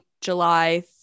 July